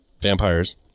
vampires